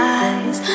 eyes